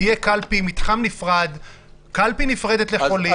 תהיה קלפי נפרדת לחולים.